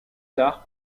tard